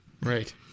Right